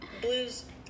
Blues